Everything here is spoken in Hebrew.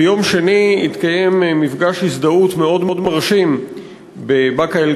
ביום שני התקיים מפגש הזדהות מאוד מרשים בבאקה-אלע'רביה,